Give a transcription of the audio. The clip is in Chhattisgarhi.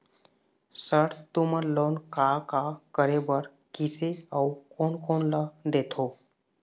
सर तुमन लोन का का करें बर, किसे अउ कोन कोन ला देथों?